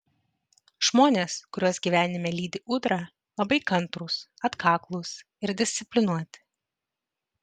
žmonės kuriuos gyvenime lydi ūdra labai kantrūs atkaklūs ir disciplinuoti